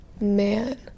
man